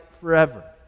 forever